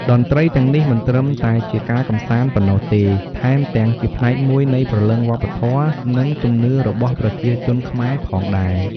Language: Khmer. តន្ត្រីទាំងនេះមិនត្រឹមតែជាការកម្សាន្តប៉ុណ្ណោះទេ ថែមទាំងជាផ្នែកមួយនៃព្រលឹងវប្បធម៌ និងជំនឿរបស់ប្រជាជនខ្មែរផងដែរ។